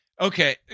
okay